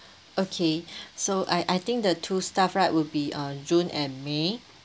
okay so I I think the two staff right will be uh june and may